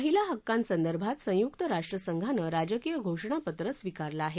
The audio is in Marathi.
महिला हक्कांसंदर्भात संयुक्त राष्ट्रसंघानं राजकीय घोषणापत्र स्वीकारलं आहे